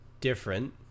different